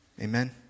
Amen